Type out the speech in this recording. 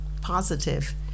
positive